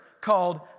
called